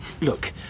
look